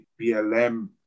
BLM